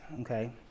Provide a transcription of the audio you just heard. okay